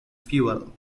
fuel